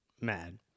mad